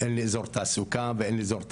אין לי אזור תעסוקה ואין לי אזור תעשייה,